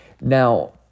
Now